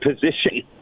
position